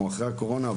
אנחנו אחרי הקורונה,